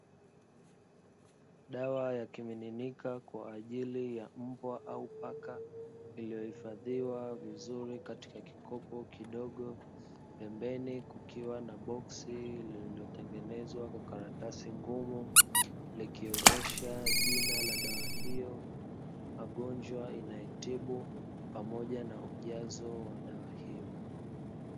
Dawa ya kimiminika kwa ajili ya mbwa au paka, iliyohifadhiwa vizuri katika kikopo kidogo, pembeni kukiwa na boksi lililotengenezwa kwa karatasi ngumu, likionyesha jina la dawa hiyo, magonjwa inayotibu pamoja na ujazo wa dawa hiyo.